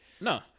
No